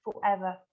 forever